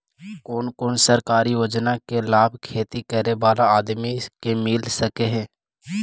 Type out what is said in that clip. कोन कोन सरकारी योजना के लाभ खेती करे बाला आदमी के मिल सके हे?